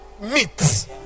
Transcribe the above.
meat